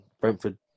Brentford